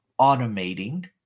automating